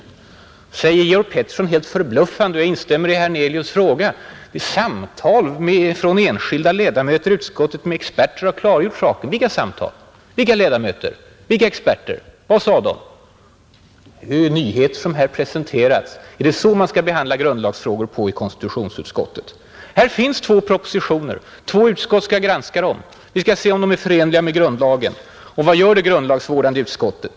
Men så tillägger Georg Pettersson helt förbluffande att ”samtal” mellan enskilda ledamöter i utskottet och experter har klargjort saken. Jag instämmer i herr Hernelius” fråga: Vilka samtal? Vilka ledamöter? Vilka experter? Vad sade dessa? Det är stora nyheter som här presenteras. Är det så man skall behandla grundlagsfrågor i konstitutionsutskottet? Här finns två propositioner. Två utskott skall granska dem. Vi skall se om de är förenliga med grundlagen, Och vad gör det grundlagsvårdande utskottet?